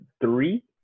three